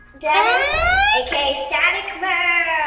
dennis aka static man shh shh